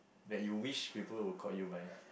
that you wish people will call you by